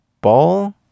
ball